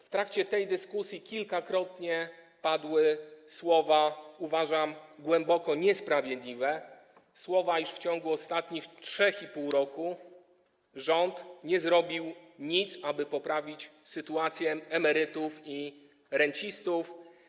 W trakcie tej dyskusji kilkakrotnie padły słowa, tak uważam, głęboko niesprawiedliwe, iż w ciągu ostatniego 3,5 roku rząd nie zrobił nic, aby poprawić sytuację emerytów i rencistów.